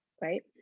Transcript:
right